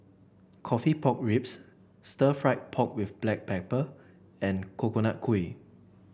coffee Pork Ribs Stir Fried Pork with Black Pepper and Coconut Kuih